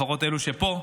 לפחות אלו שפה: